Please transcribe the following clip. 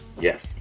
Yes